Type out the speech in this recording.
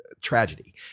tragedy